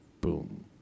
boom